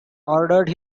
ordered